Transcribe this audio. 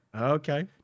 Okay